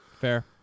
Fair